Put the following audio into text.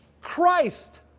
Christ